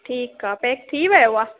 ठीकु आहे पैक थी वियो आहे